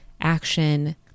action